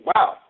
Wow